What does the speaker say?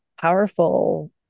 powerful